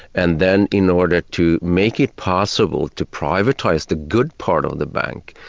and then in order to make it possible to privatise the good part of the bank,